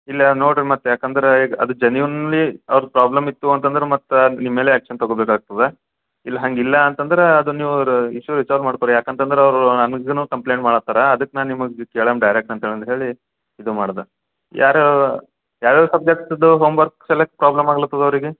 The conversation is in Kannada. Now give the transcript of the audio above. ಇಲ್ಲ ನೋಡಿರಿ ಮತ್ತೆ ಯಾಕಂದ್ರೆ ಈಗ ಅದು ಜೆನ್ಯುನ್ಲಿ ಅವ್ರ್ದು ಪ್ರಾಬ್ಲಮ್ ಇತ್ತು ಅಂತಂದ್ರೆ ಮತ್ತು ನಿಮ್ಮ ಮೇಲೆ ಆ್ಯಕ್ಷನ್ ತಗೋಬೇಕಾಗ್ತದೆ ಇಲ್ಲ ಹಂಗೆ ಇಲ್ಲ ಅಂತಂದ್ರೆ ಅದು ನೀವು ಇಶ್ಯು ರಿಸಾಲ್ವ್ ಮಾಡ್ಕೋ ರೀ ಯಾಕಂತಂದ್ರೆ ಅವರು ನನಗೂನು ಕಂಪ್ಲೇಂಟ್ ಮಾಡ್ಲತ್ತಾರೆ ಅದಕ್ಕೆ ನಾನು ನಿಮಗೆ ಕೇಳೊಮ ಡೈರೆಕ್ಟ್ ಅಂತೇಳಿ ಅಂದು ಹೇಳಿ ಇದು ಮಾಡ್ದೆ ಯಾರೋ ಯಾವ್ಯಾವ ಸಬ್ಜೆಕ್ಟದು ಹೋಮ್ವರ್ಕ್ಸಲ್ಲಿ ಪ್ರಾಬ್ಲಮ್ ಆಗ್ಲತದ ಅವರಿಗೆ